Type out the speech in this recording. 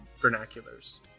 vernaculars